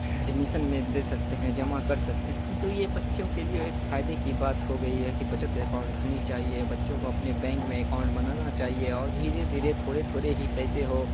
admission میں دے سکتے ہیں جمع کر سکتے ہیں تو یہ بچوں کے لیے ایک فائدے کی بات ہو گئی ہے کہ بچت اکاؤنٹ رہنی چاہیے بچوں کو اپنے بینک میں اکاؤنٹ بنانا چاہیے اور دھیرے دھیرے تھوڑے تھوڑے ہی پیسے ہو